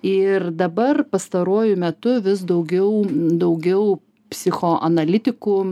ir dabar pastaruoju metu vis daugiau daugiau psichoanalitikų